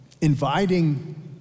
inviting